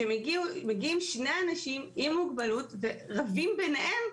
כשמגיעים שני אנשים עם מוגבלות ורבים ביניהם.